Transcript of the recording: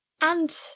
And